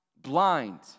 blind